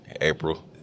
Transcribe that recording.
April